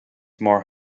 more